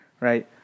Right